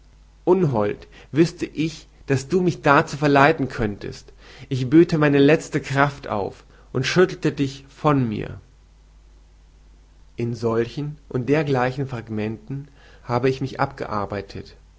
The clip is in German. unhold wüßte ich daß du mich dazu verleiten könntest ich böte meine letzte kraft auf und schüttelte dich von mir in solchen und dergleichen fragmenten habe ich mich abgearbeitet